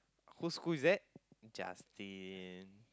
whose school is that Justin